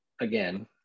again